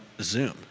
Zoom